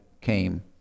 came